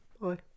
Bye